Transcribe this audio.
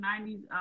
90s